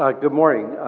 ah good morning,